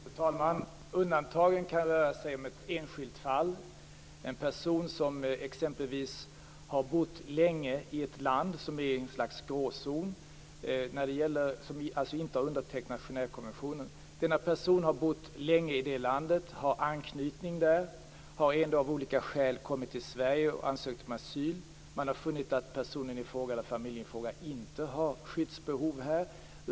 Fru talman! Undantagen kan röra sig om ett enskilt fall. Det kan vara en person som har bott länge i ett land som är i ett slags gråzon, dvs. som inte har undertecknat Genèvekonventionen. Denna person har bott länge i det landet, har anknytning där, och har ändå av olika skäl kommit till Sverige och ansökt om asyl. Man har funnit att personen eller familjen i fråga inte har skyddsbehov här.